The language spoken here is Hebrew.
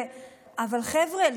אבל חבר'ה,